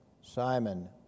Simon